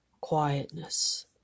quietness